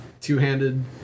two-handed